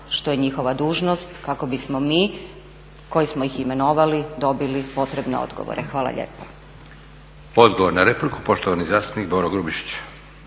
što je njihova dužnost kako bismo mi, koji smo ih imenovali, dobili potrebne odgovore. Hvala lijepa. **Leko, Josip (SDP)** Odgovor na repliku, poštovani zastupnik Boro Grubišić.